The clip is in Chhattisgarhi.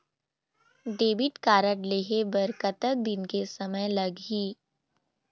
डेबिट कारड लेहे बर कतेक दिन के समय लगही?